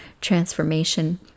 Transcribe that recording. transformation